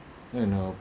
no no no